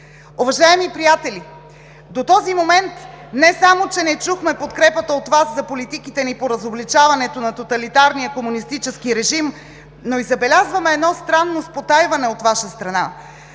Уважаеми приятели, до този момент не само че не чухме подкрепата от Вас за политиките ни по разобличаването на тоталитарния комунистически режим, но и забелязваме едно странно спотайване от Ваша страна.